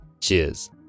cheers